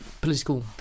political